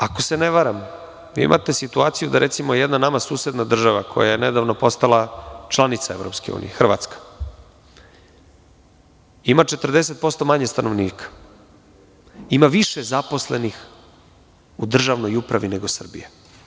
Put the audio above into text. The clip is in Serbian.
Ako se ne varam vi imate situaciju, da recimo, jedna nama susedna država koja je nedavno postala članica EU, Hrvatska ima 40% manje stanovnika, ima više zaposlenih u državnoj upravi nego Srbija.